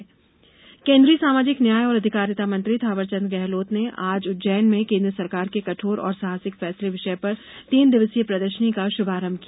प्रदर्शनी केंद्रीय सामाजिक न्याय और अधिकारिता मंत्री थावरचंद्र गहलोत ने आज उज्जैन में केंद्र सरकार के कठोर और साहसिक फैसले विषय पर तीन दिवसीय प्रदर्शनी का शुभारम्भ किया